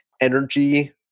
energy